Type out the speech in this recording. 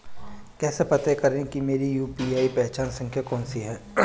कैसे पता करें कि मेरी यू.पी.आई पहचान संख्या कौनसी है?